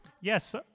Yes